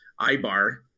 Ibar